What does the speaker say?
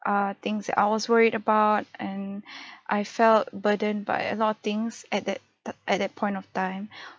err things that I was worried about and I felt burdened by a lot of things at that t~ at that point of time